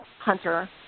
Hunter